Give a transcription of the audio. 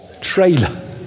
Trailer